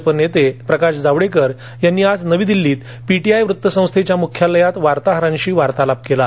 पा नेते प्रकाश जावडेकर यांनी आज नवी दिल्लीत पी टी आय वृत्त संस्थेच्या मुख्यालयात वार्ताहरांशी वार्तालाप केला